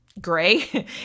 gray